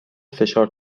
فشار